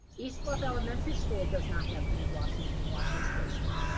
eastbluff elementary school does not have hand washing washing stations,